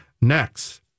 Next